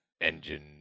engine